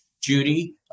Judy